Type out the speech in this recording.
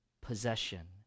possession